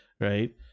right